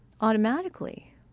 automatically